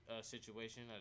situation